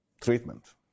treatment